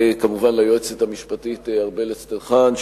וכמובן ליועצת המשפטית ארבל אסטרחן,